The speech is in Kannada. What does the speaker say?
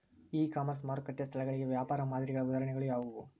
ಇ ಕಾಮರ್ಸ್ ಮಾರುಕಟ್ಟೆ ಸ್ಥಳಗಳಿಗೆ ವ್ಯಾಪಾರ ಮಾದರಿಗಳ ಉದಾಹರಣೆಗಳು ಯಾವುವು?